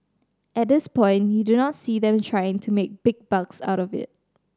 at this point you do not see them trying to make big bucks out of it